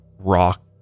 rock